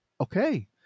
Okay